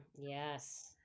Yes